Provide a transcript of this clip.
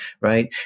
right